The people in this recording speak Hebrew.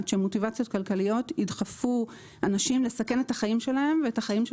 שמוטיבציות כלכליות ידחפו אנשים לסכן את החיים שלהם ואת החיים של